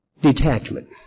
Detachment